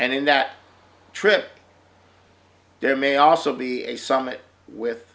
and in that trip there may also be a summit with